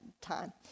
time